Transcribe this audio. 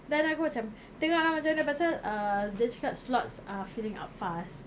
then aku macam tengok lah macam mana pasal err dia cakap slots are filling up fast